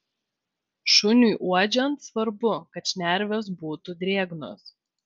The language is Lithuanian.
šuniui uodžiant svarbu kad šnervės būtų drėgnos